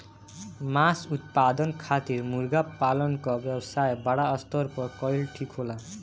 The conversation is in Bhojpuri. मांस उत्पादन खातिर मुर्गा पालन क व्यवसाय बड़ा स्तर पर कइल ठीक होला